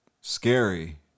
scary